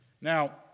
Now